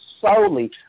solely